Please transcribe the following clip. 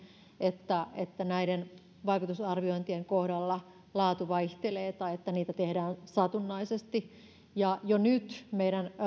että että näiden vaikutusarviointien kohdalla laatu vaihtelee tai että niitä tehdään satunnaisesti jo nyt meidän